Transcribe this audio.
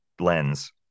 lens